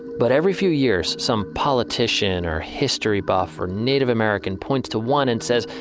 but every few years, some politician or history buff or native american point to one and says,